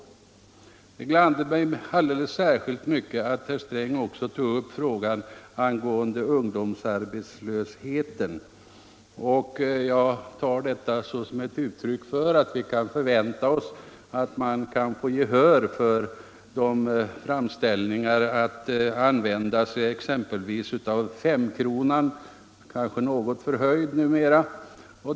Det gladde mig alldeles särskilt mycket att herr Sträng också tog upp frågan om ungdomsarbetslösheten, och jag tar detta som ett uttryck för att vi även i fortsättningen kan förvänta oss gehör för framställningar om att använda exempelvis femkronan, kanske något förhöjd numera.